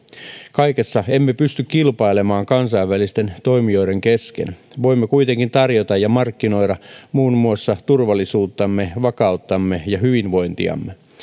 kaikessa emme pysty kilpailemaan kansainvälisten toimijoiden kesken voimme kuitenkin tarjota ja markkinoida muun muassa turvallisuuttamme vakauttamme ja hyvinvointiamme